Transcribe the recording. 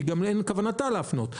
גם אין כוונתה להפנות.